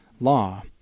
law